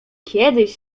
kiedyś